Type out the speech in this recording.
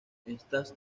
estas